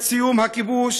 את סיום הכיבוש.